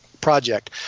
project